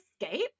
escape